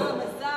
אה, מזל.